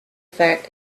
fact